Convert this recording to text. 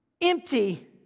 empty